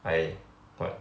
I what